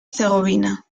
herzegovina